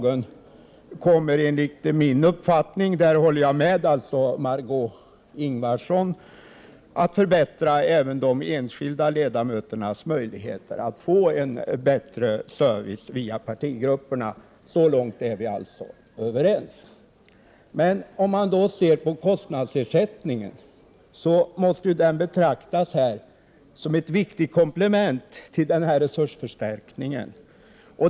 Enligt min uppfattning — där håller jag med Marg6ö Ingvardsson — förbättras därmed även de enskilda ledamöternas möjligheter att få service via partigrupperna. Så långt är vi alltså överens. Kostnadsersättningen måste betraktas som ett viktigt komplement till den övriga resursförstärkningen.